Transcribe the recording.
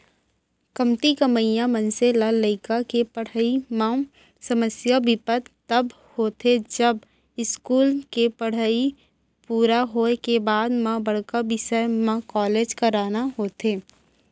कमती कमइया मनसे ल लइका के पड़हई म समस्या बिपत तब होथे जब इस्कूल के पड़हई पूरा होए के बाद म बड़का बिसय म कॉलेज कराना होथे